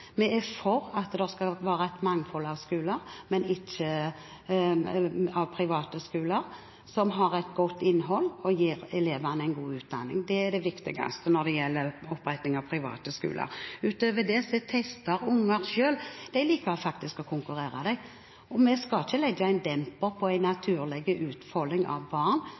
Vi er for at det skal være et mangfold av skoler – ikke av private skoler – som har et godt innhold, og som gir elevene en god utdanning. Det er det viktigste når det gjelder opprettelsen av private skoler. Barn liker faktisk å konkurrere, og vi skal ikke legge en demper på